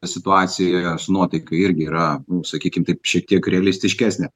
situacijoje su nuotaika irgi yra sakykim taip šiek tiek realistiškesnė